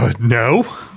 No